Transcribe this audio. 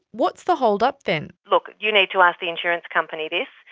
what's the hold-up then? look, you need to ask the insurance company this,